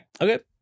Okay